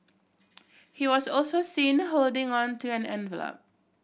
he was also seen holding on to an envelop